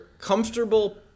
comfortable